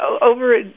Over